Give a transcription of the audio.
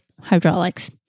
hydraulics